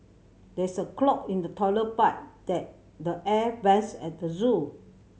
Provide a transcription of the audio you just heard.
there is a clog in the toilet pipe that the air vents at the zoo